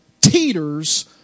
teeters